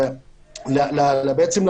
בעצם,